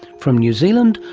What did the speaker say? from new zealand,